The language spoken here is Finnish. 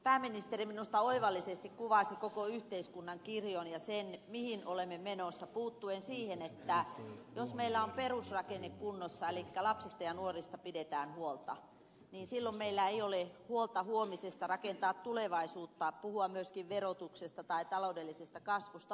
pääministeri minusta oivallisesti kuvasi koko yhteiskunnan kirjon ja sen mihin olemme menossa ja puuttui siihen että jos meillä on perusrakenne kunnossa elikkä lapsista ja nuorista pidetään huolta niin silloin meillä ei ole huolta huomisesta kuinka rakentaa tulevaisuutta puhua myöskin verotuksesta tai taloudellisesta kasvusta